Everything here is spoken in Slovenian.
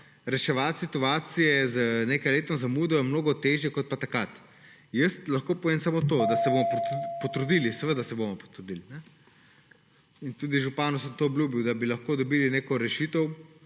reševati situacije z nekajletno zamudo je mnogo težje kot pa takrat. Lahko povem samo, da se bomo potrudili, seveda se bomo potrudili in tudi županu sem to obljubil, da bi lahko dobili neko rešitev.